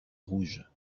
rouge